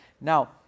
Now